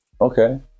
Okay